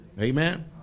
Amen